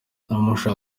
nuramuka